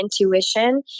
intuition